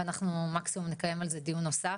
ואנחנו מקסימום נקיים על זה דיון נוסף.